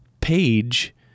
page